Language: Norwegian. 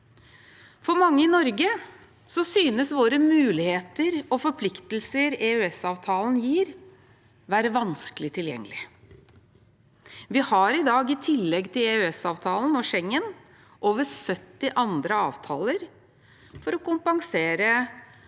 For mange i Norge synes våre muligheter og de forpliktelser EØSavtalen gir, å være vanskelig tilgjengelig. Vi har i dag i tillegg til EØS-avtalen og Schengen over 70 andre avtaler for å kompensere